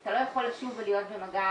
אתה לא יכול לשוב ולהיות במגע